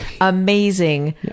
amazing